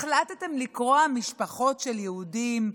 החלטתם לקרוע משפחות של יהודים?